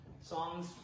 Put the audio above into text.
songs